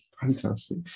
fantastic